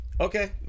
Okay